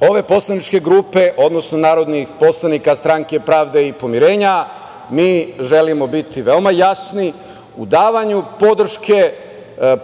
ove poslaničke grupe, odnosno narodni poslanika Stranke pravde i pomirenja mi želimo biti veoma jasni u davanju podrške